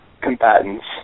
combatants